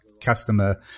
customer